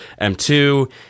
M2